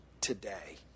today